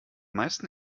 meisten